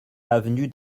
avenue